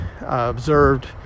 observed